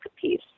piece